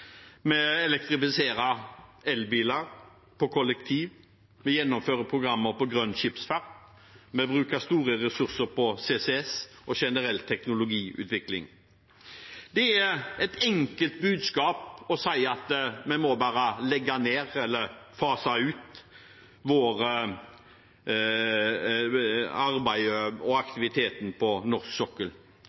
elbiler og kollektivtrafikk. Vi gjennomfører programmer på grønn skipsfart. Og vi bruker store ressurser på CCS og generell teknologiutvikling. Det er et enkelt budskap å si at vi bare må legge ned, eller fase ut, arbeidet og aktiviteten på norsk sokkel.